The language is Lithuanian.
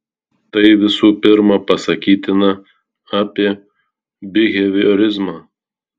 tai visų pirma pasakytina apie biheviorizmą